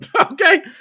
Okay